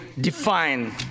define